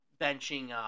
benching